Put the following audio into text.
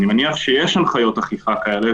אני מניח שיש הנחיות אכיפה כאלה,